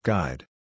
Guide